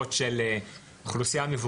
שפסח הציג מקודם התחיל היום במשרד